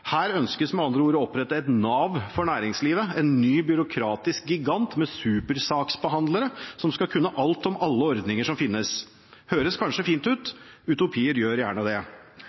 Her ønsker man med andre ord å opprette et Nav for næringslivet, en ny byråkratisk gigant med supersaksbehandlere som skal kunne alt om alle ordninger som finnes. Det høres kanskje fint ut – utopier gjør gjerne det.